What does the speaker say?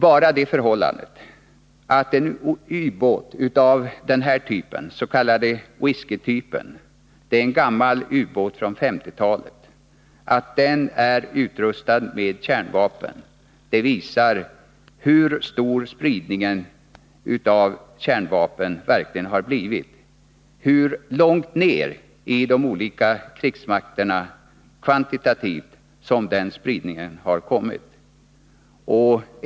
Bara det förhållan Nr 26 det att en ubåt av s.k. whiskytyp — en gammal ubåt från 1950-talet — är Fredagen den utrustad med kärnvapen visar hur stor spridningen av kärnvapen verkligen 13 november 1981 har blivit, hur långt ner i de olika krigsmakterna som denna spridning kvantitativt har kommit.